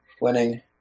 winning